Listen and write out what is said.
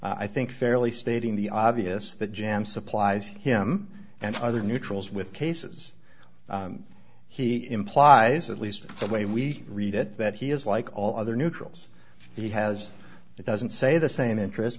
jams i think fairly stating the obvious that jam supplies him and other neutrals with cases he implies at least the way we read it that he is like all other neutrals he has it doesn't say the same interest